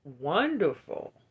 wonderful